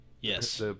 yes